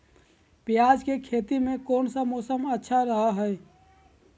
प्याज के खेती में कौन मौसम अच्छा रहा हय?